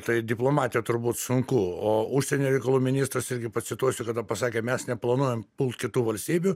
tai diplomatija turbūt sunku o užsienio reikalų ministras irgi pacituosiu kada pasakė mes neplanuojam pult kitų valstybių